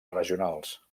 regionals